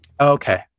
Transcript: Okay